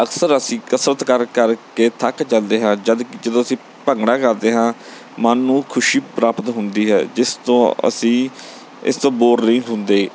ਅਕਸਰ ਅਸੀਂ ਕਸਰਤ ਕਰ ਕਰਕੇ ਥੱਕ ਜਾਂਦੇ ਹਾਂ ਜਦ ਜਦੋਂ ਅਸੀਂ ਭੰਗੜਾ ਕਰਦੇ ਹਾਂ ਮਨ ਨੂੰ ਖੁਸ਼ੀ ਪ੍ਰਾਪਤ ਹੁੰਦੀ ਹੈ ਜਿਸ ਤੋਂ ਅਸੀਂ ਇਸ ਤੋਂ ਬੋਰ ਨਹੀਂ ਹੁੰਦੇ